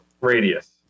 radius